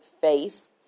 face